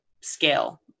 scale